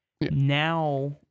Now